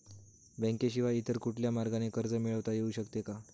बँकेशिवाय इतर कुठल्या मार्गाने कर्ज मिळविता येऊ शकते का?